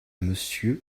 monsieur